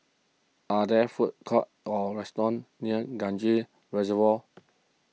are there food courts or restaurants near Kranji Reservoir